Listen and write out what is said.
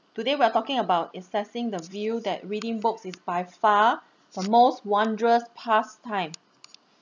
today we're talking about assessing the view that reading books is by far the most wondrous pastime